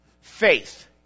Faith